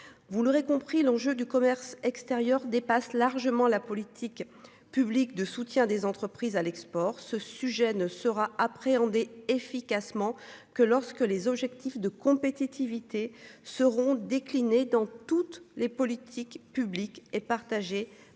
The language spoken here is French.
Vous l'aurez compris, l'enjeu du commerce extérieur dépasse largement la politique publique de soutien des entreprises à l'export, ce sujet ne sera appréhendée efficacement que lorsque les objectifs de compétitivité seront déclinés dans toutes. Les politiques publiques et partagée